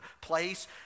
place